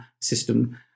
system